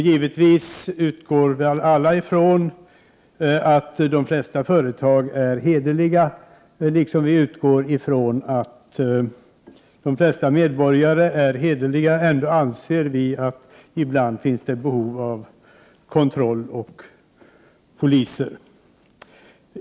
Givetvis utgår väl alla ifrån att de flesta företag agerar hederligt, liksom vi utgår ifrån att de flesta medborgare är hederliga. Ändå anser vi att det ibland finns behov av kontroll och av poliser.